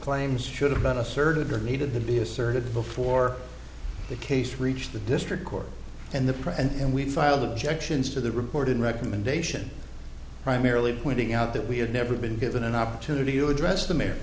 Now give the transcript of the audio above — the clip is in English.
claims should have been asserted or needed to be asserted before the case reached the district court and the press and we filed objections to the reported recommendation primarily pointing out that we had never been given an opportunity to address the m